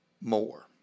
more